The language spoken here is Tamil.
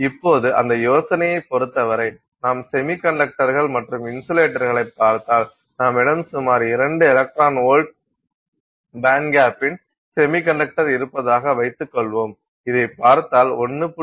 இப்போது அந்த யோசனையைப் பொறுத்தவரை நாம் செமிகண்டக்டர்கள் மற்றும் இன்சுலேட்டர்களைப் பார்த்தால் நம்மிடம் சுமார் 2 எலக்ட்ரான் வோல்ட் பேண்ட்கேப்பின் செமிகண்டக்டர் இருப்பதாகக் வைத்துக்கொள்வோம் இதைப் பார்த்தால் 1